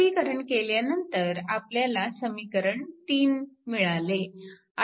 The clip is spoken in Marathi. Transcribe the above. सुलभीकरण केल्यानंतर आपल्याला समीकरण 3 मिळाले